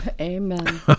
Amen